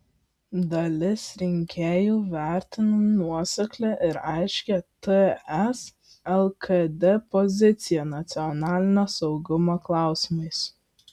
dalis rinkėjų vertina nuoseklią ir aiškią ts lkd poziciją nacionalinio saugumo klausimais